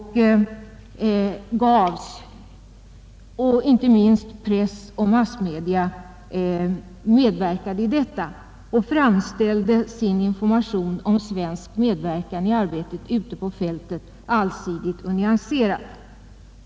Press och massmedia borde allsidigt och nyanserat informera om svensk medverkan i arbetet ute på fältet.